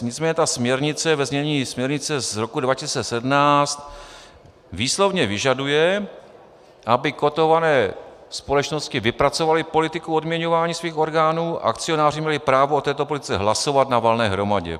Nicméně ta směrnice ve znění směrnice z roku 2017 výslovně vyžaduje, aby kotované společnosti vypracovaly politiku odměňování svých orgánů a akcionáři měli právo o této politice hlasovat na valné hromadě.